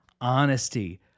honesty